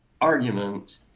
argument